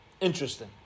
Interesting